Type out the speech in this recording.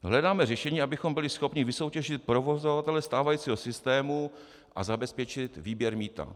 Hledáme řešení, abychom byli schopni vysoutěžit provozovatele stávajícího systému a zabezpečit výběr mýta.